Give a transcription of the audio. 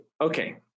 okay